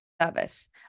Service